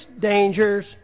dangers